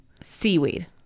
seaweed